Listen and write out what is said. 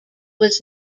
was